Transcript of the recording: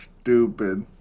stupid